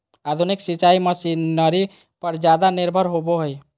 आधुनिक सिंचाई मशीनरी पर ज्यादा निर्भर होबो हइ